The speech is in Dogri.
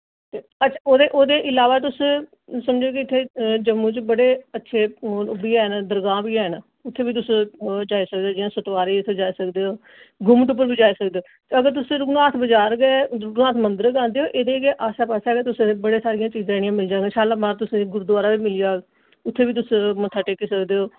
ओह्दे अलावा तुस समझो के इत्थै जम्मू च बड़े अच्छे ओह् बी ऐन दरगाह बी हैन उत्थै बी तुस जाई सकदे जि'यां सतवारी उत्थै जाई सकदे ओ गुम्मट पर बी जाई सकदे ओह् अगर तुस रघुनाथ बजार गै रघुनाथ मंदर गै आंदे ओ एह्दे के आस्सै पास्सै गै तुसें ई बड़ी सारियां चीजां जेह्ड़ियां मिली जानियां शालामार तुसें गुरुद्वारा बी मिली जाग उत्थै बी तुस मत्था टेकी सकदे ओ